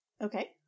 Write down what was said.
Okay